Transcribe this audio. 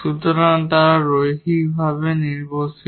সুতরাং তারা লিনিয়ারভাবে ডিপেন্ডেট